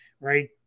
right